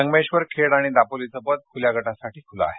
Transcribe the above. संगमेश्वर खेड आणि दापोलीचं पद खुल्या गटासाठी खुलं आहे